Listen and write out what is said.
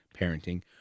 parenting